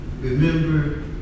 remember